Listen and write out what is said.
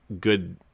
good